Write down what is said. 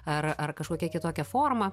ar ar kažkokia kitokia forma